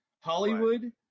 Hollywood